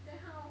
then how